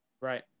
Right